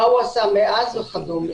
מה הוא עשה ואז וכדומה.